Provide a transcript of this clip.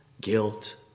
guilt